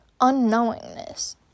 unknowingness